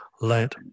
let